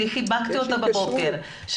שחיבקתי אותו בבוקר,